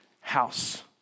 house